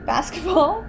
Basketball